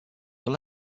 were